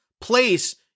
place